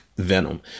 venom